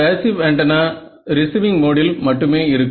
passive antenna receiving மோடில் மட்டுமே இருக்கும்